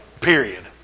Period